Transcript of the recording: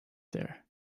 there